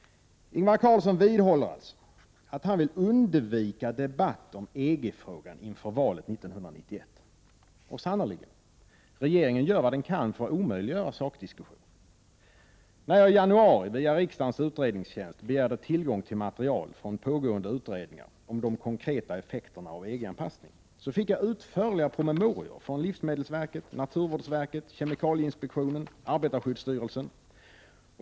Ingvar Carlsson vidhåller alltså att han vill undvika debatt om EG-frågan inför valet 1991. Och sannerligen — regeringen gör vad den kan för att omöjliggöra sakdiskussion. När jag i januari via riksdagens utredningstjänst begärde tillgång till material från pågående utredningar om de konkreta effekterna av en EG-anpassning, fick jag utförliga promemorior från livsmedelsverket, naturvårdsverket, kemikalieinspektionen, arbetarskyddsstyrelsen.